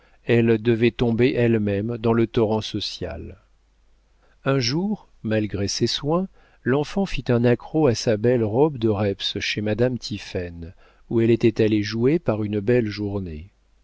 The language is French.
elle devait tomber elle-même dans le torrent social un jour malgré ses soins l'enfant fit un accroc à sa belle robe de reps chez madame tiphaine où elle était allée jouer par une belle journée